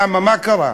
למה, מה קרה?